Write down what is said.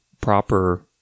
proper